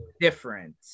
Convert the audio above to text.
different